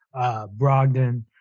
Brogdon